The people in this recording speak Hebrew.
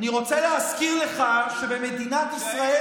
אני רוצה להזכיר לך שבמדינת ישראל,